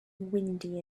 windy